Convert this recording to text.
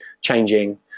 changing